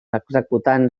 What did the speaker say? executant